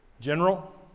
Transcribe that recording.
General